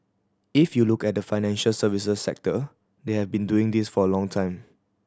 if you look at the financial services sector they have been doing this for a long time